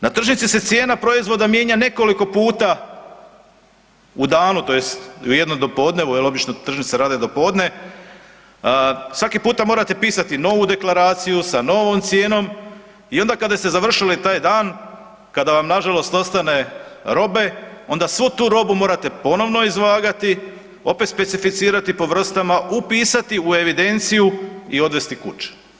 Na tržnici se cijena proizvoda mijenja nekoliko puta u danu, tj. u jednom dopodnevu jer obično tržnice rade do podne, svaki puta morate pisati novu deklaraciju sa novom cijenom i onda kada ste završili taj dan, kada vam nažalost ostane robe, onda svu tu robu morate ponovno izvagati, opet specificirati po vrstama, upisati u evidenciju i odvesti kući.